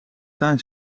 tuin